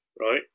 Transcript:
Right